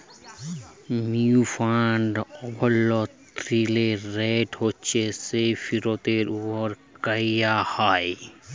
modified অভ্যলতরিল rate হছে যেট ফিরতের উপর ক্যরা হ্যয়